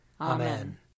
Amen